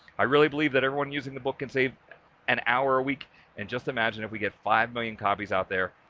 i really believe that everyone using the book can save an hour a week and just imagine if we get five million copies out there,